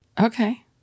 Okay